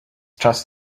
just